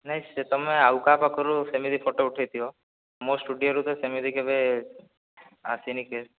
ନାଇ ସେ ତମେ ଆଉ କାହା ପାଖରୁ ସେମିତି ଫଟୋ ଉଠାଇଥିବ ମୋ ସ୍ଟୁଡ଼ିଓ ରେ ତ ସେମିତି କେବେ ଆସିନି କେସ